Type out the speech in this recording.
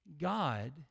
God